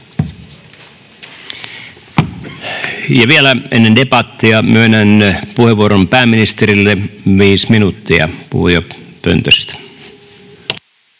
Vielä ennen debattia myönnän puheenvuoron pääministerille, 5 minuuttia puhujapöntöstä.